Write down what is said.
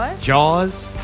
Jaws